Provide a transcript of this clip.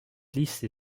lisse